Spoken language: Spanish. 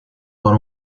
por